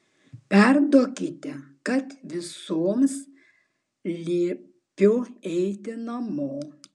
perduokite kad visoms liepiau eiti namo